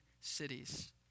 cities